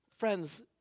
Friends